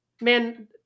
Man